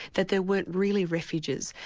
that there weren't really refuges,